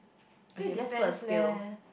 it depends leh